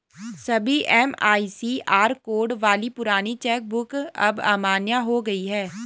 सभी MICR code वाली पुरानी चेक बुक अब अमान्य हो गयी है